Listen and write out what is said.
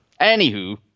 Anywho